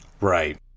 Right